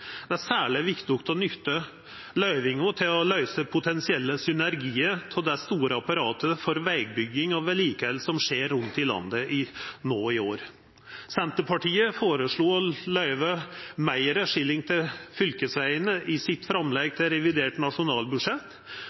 Det er særleg viktig å nytta løyvinga til å løysa potensielle synergiar i det store apparatet for vegbygging og vedlikehald som skjer rundt i landet no i år. Senterpartiet føreslo å løyva meir skilling til fylkesvegane i sitt framlegg til revidert nasjonalbudsjett.